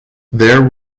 their